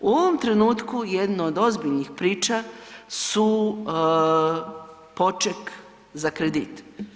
U ovom trenutku jedno od ozbiljnih priča su poček za kredit.